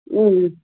अँ